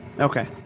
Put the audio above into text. Okay